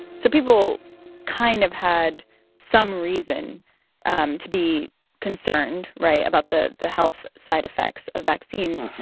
so people kind of had some reason um to be concerned right? about the the health side effects of vaccines.